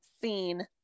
seen